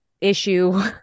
issue